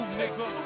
nigga